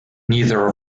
neither